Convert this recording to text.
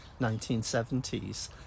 1970s